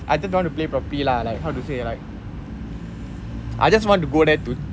I just don't want to play properly lah like how to say like I just want to go there to